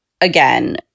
again